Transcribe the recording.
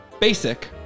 Basic